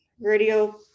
radio